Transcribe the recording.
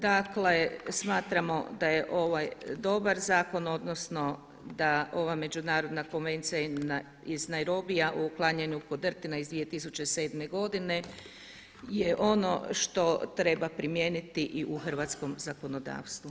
Dakle, smatramo da je ovaj dobar zakon, odnosno da ova Međunarodna konvencija iz Nairobija o uklanjanju podrtina iz 2007. godine je ono što treba primijeniti i u hrvatskom zakonodavstvu.